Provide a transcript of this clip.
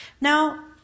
Now